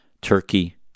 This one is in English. Turkey